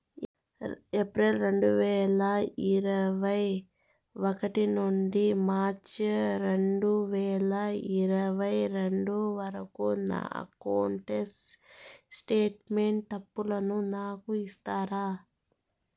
April రెండు వేల ఇరవై ఒకటి నుండి మార్చ్ రెండు వేల ఇరవై రెండు వరకు నా అకౌంట్ స్టేట్మెంట్ తప్పులను నాకు ఇస్తారా?